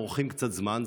אורכים קצת זמן,